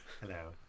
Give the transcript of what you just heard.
Hello